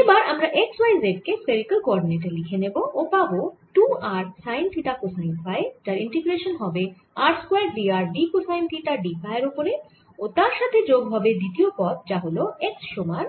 এবার আমরা x y z কে স্ফেরিকাল কোঅরডিনেটে লিখে নেব ও পাবো 2 r sine theta cosine phi যার ইন্টিগ্রেশান হবে r square d r d cosine theta d phi এর ওপরে ও তার সাথে যোগ হবে দ্বিতীয় পদ যা হল x সমান